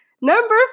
Number